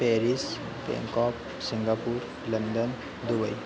Paris Bangkok Singapore London Dubai